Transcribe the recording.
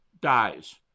dies